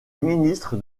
ministre